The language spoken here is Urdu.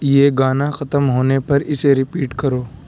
یہ گانا ختم ہونے پر اسے رپیٹ کرو